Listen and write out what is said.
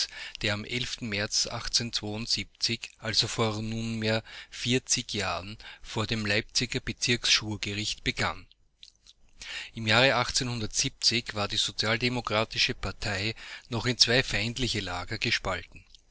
der am märz also vor nunmehr jahren vor dem leipziger bezirks schwurgericht begann im jahre war die sozialdemokratische partei noch in zwei feindliche lager gespalten